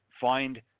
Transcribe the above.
find